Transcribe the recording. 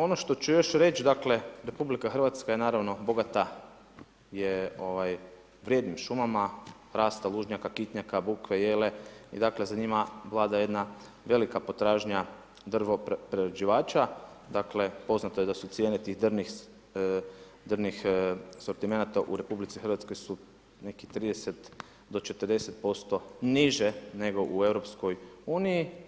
Ono što ću još reći, dakle RH je naravno bogata vrijednim šumama hrasta lužnjaka, kitnjaka, bukve, jele, dakle za njima vlada jedna velika potražanja drvoprerađivača, dakle poznato je da su cijene tih drvnih sortimenata u RH nekih 30 do 40% niže nego u EU-u